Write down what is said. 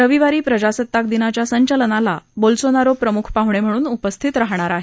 रविवारी प्रजासत्ताक दिनाच्या संचलनाला बोल्सोनारो प्रमुख पाहुणे म्हणून उपस्थित राहणार आहेत